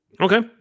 Okay